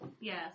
Yes